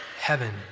heaven